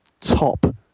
top